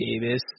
Davis